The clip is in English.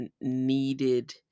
needed